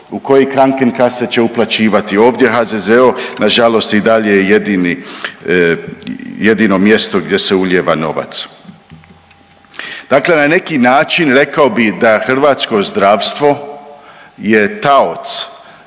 u koji krankenkasse će uplaćivati. Ovdje HZZO na žalost i dalje je jedino mjesto gdje se ulijeva novac. Dakle, na neki način rekao bih da Hrvatsko zdravstvo je taoc